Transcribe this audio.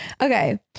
Okay